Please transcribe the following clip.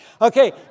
Okay